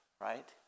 right